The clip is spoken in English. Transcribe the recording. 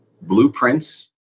blueprints